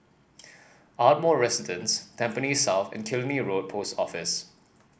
Ardmore Residence Tampines South and Killiney Road Post Office